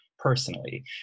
Personally